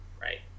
Right